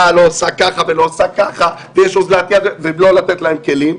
לא עושה ככה וככה ויש אזלת יד ולא לתת להם כלים.